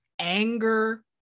anger